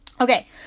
Okay